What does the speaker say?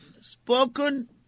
Spoken